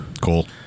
Cool